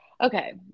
Okay